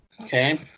Okay